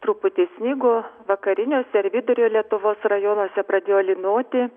truputį snigo vakariniuose ir vidurio lietuvos rajonuose pradėjo lynoti